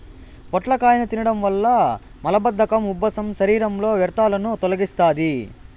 పొట్లకాయను తినడం వల్ల మలబద్ధకం, ఉబ్బసం, శరీరంలో వ్యర్థాలను తొలగిస్తాది